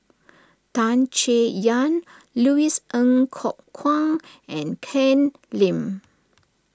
Tan Chay Yan Louis Ng Kok Kwang and Ken Lim